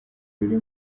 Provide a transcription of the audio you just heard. iri